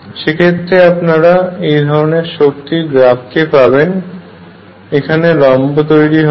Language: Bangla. সেক্ষেত্রে আপনারা এইধরনের শক্তির গ্রাফ কে পাবেন এখানে লম্ব তৈরি হবে